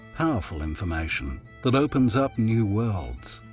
powerful information that opens up new worlds.